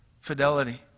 Fidelity